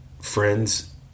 Friends